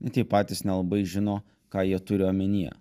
bet jie patys nelabai žino ką jie turi omenyje